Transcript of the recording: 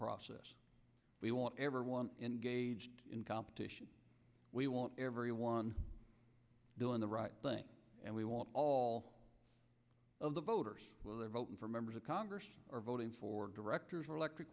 process we want everyone in gauged in competition we want everyone doing the right thing and we want all of the voters well they're voting for members of congress or voting for directors or electric